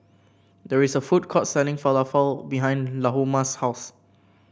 there is a food court selling Falafel behind Lahoma's house